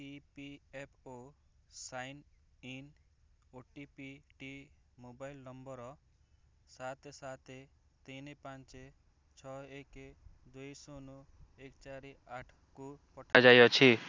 E P F O sign in ଓଟିପିଟି mobile number ସାତ ସାତ ତିନି ପାଞ୍ଚ ଛଅ ଏକ ଦୁଇ ଶୂନ ଏକ ଚାରି ଆଠକୁ ପଠାଯାଇଅଛି